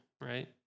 right